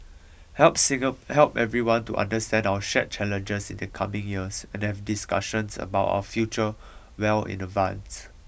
help help everyone to understand our shared challenges in the coming years and have discussions about our future well in advance